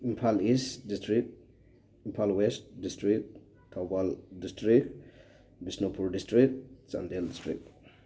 Imphal east district Imphal west district Thoubal district Bishnupur district Chandel district